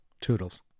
Toodles